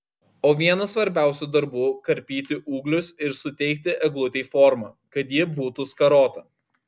o vienas svarbiausių darbų karpyti ūglius ir suteikti eglutei formą kad ji būtų skarota